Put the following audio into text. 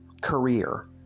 career